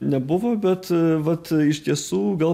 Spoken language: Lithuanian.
nebuvo bet vat iš tiesų gal